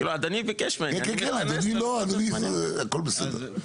הכל בסדר.